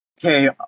Okay